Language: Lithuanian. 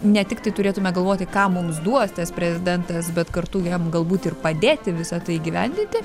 ne tiktai turėtume galvoti ką mums duos tas prezidentas bet kartu jam galbūt ir padėti visa tai įgyvendinti